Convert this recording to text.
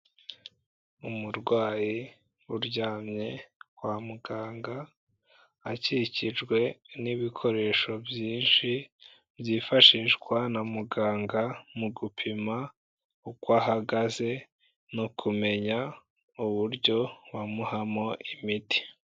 Umurwayi uryamye kwa muganga, akikijwe n'ibikoresho byinshi byifashishwa na muganga mu gupima uko ahagaze no kumenya uburyo bamuhamo imiti.